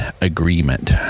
agreement